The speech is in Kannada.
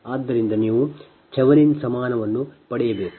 ಆದ್ದರಿಂದನೀವು ಥೆವೆನಿನ್ ಸಮಾನವನ್ನು ಪಡೆಯಬೇಕು